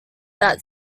that